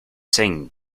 sing